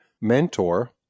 mentor